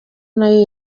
nayo